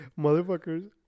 Motherfuckers